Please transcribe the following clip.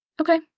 Okay